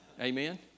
Amen